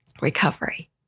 recovery